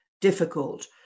difficult